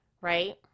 right